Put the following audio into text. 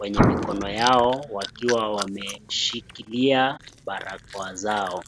kwenye mkono yao wakiwa wameshikilia barakoa zao.